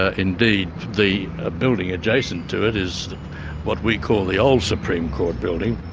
ah indeed the ah building adjacent to it is what we call the old supreme court building,